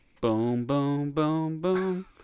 Boom-boom-boom-boom